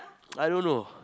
I don't know